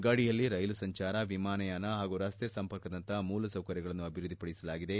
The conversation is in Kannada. ಗಡಿಯಲ್ಲಿ ರ್ನೆಲು ಸಂಚಾರ ವಿಮಾನಯಾನ ಹಾಗೂ ರಸ್ತೆ ಸಂಪರ್ಕದಂತಹ ಮೂಲಸೌಕರ್ಯಗಳನ್ನು ಅಭಿವೃದ್ಧಿಪಡಿಸಲಾಗಿದೆ